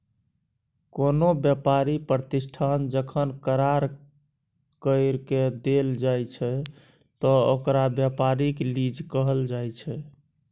कोनो व्यापारी प्रतिष्ठान जखन करार कइर के देल जाइ छइ त ओकरा व्यापारिक लीज कहल जाइ छइ